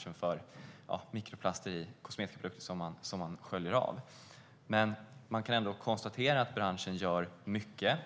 substituering av mikroplaster i kosmetiska produkter som sköljs av inte går fortare, men man kan ändå konstatera att branschen gör mycket.